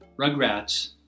rugrats